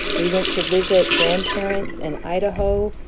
we went to visit grandparents in idaho,